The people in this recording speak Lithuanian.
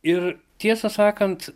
ir tiesą sakant